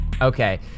Okay